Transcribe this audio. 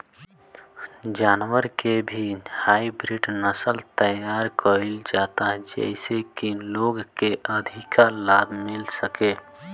जानवर के भी हाईब्रिड नसल तैयार कईल जाता जेइसे की लोग के अधिका लाभ मिल सके